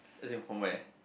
as in from where